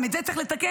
גם את זה צריך לתקן,